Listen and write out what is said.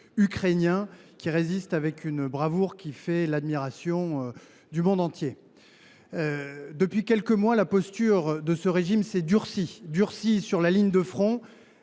ukrainien, qui résiste avec une bravoure qui fait l’admiration du monde entier. Depuis quelques mois, la posture du régime s’est durcie à la fois sur la ligne de front,